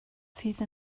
sydd